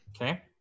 Okay